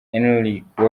enrique